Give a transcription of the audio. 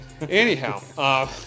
Anyhow